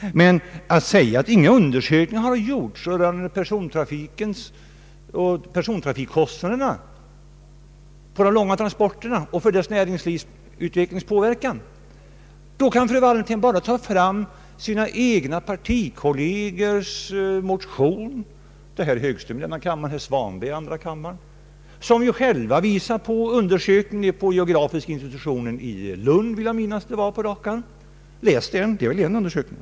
Det är fel att säga att inga undersökningar gjorts rörande persontrafikkostnaderna på de långa transporterna och rörande påverkan av näringslivets utveckling. Då behöver fru Wallentheim bara ta fram sina egna partikollegers motion — det är herr Högström och herr Svanberg — som själva visar på undersökningar på geografiska institutionen i Lund, om jag på rak arm minns rätt. Läs dem, det är en undersökning!